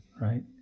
Right